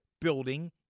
building